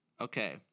Okay